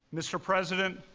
mr. president,